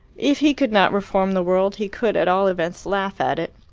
if he could not reform the world, he could at all events laugh at it,